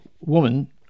woman